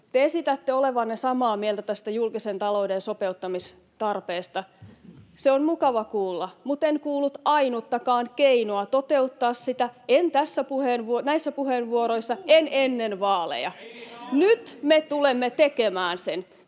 Te esitätte olevanne samaa mieltä tästä julkisen talouden sopeuttamistarpeesta. Se on mukava kuulla, mutten kuullut ainuttakaan keinoa toteuttaa sitä, en näissä puheenvuoroissa, en ennen vaaleja. [Jussi Saramo: Olisit